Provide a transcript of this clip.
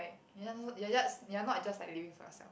right you are just you are not just like living for yourself